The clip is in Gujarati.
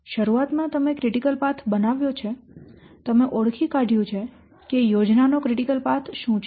શરૂઆતમાં તમે ક્રિટિકલ પાથ બનાવ્યો છે તમે ઓળખી કાઢયું છે કે યોજનાનો ક્રિટિકલ પાથ શું છે